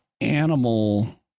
animal